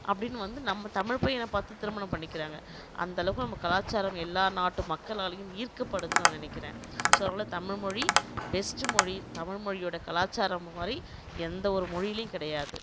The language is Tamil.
அப்படினு வந்து நம்ப தமிழ் பையனை பார்த்து திருமணம் பண்ணிக்கிறாங்க அந்த அளவுக்கு நம்ப கலாச்சாரம் எல்லா நாட்டு மக்களாலையும் ஈர்க்கப்படுதுன்னு நான் நினைக்கிறேன் ஸோ அதனால தமிழ்மொழி பெஸ்ட்டு மொழி தமிழ்மொழியோடய கலாச்சாரம் மாதிரி எந்தவொரு மொழியிலையும் கிடையாது